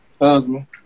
husband